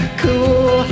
cool